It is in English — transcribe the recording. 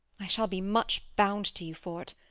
i shall be much bound to you for t.